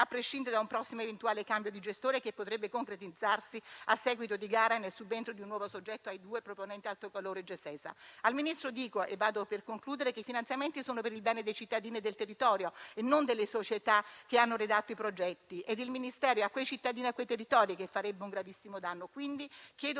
prescindere da un prossimo eventuale cambio di gestore che potrebbe concretizzarsi a seguito di gara e nel subentro di un nuovo soggetto ai due proponenti Alto Calore e Gesesa. Al Ministro dico che i finanziamenti sono per il bene dei cittadini e del territorio e non delle società che hanno redatto i progetti, ed è a quei cittadini e a quei territori che il Ministero farebbe un gravissimo danno. Chiedo che